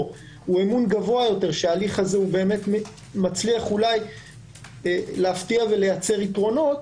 הוא אמון גבוה יותר שהרמון מצליח אולי להפתיע ולייצר יתרונות